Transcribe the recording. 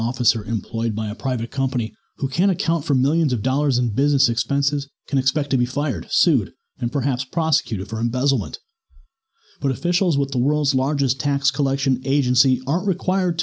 officer employed by a private company who can account for millions of dollars in business expenses and expect to be fired sued and perhaps prosecuted for embezzlement but officials with the world's largest tax collection agency aren't required